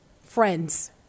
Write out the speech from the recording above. friends